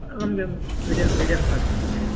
ನಮಗೆ medium medium ಸಾಕು sir medium ಸಾಕು